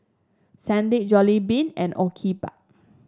Sandisk Jollibean and Obike